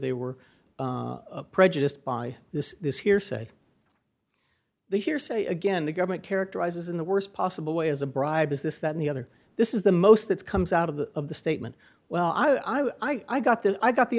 they were prejudiced by this this hearsay the hearsay again the government characterizes in the worst possible way as a bribe is this that and the other this is the most that comes out of the of the statement well i i got the i got the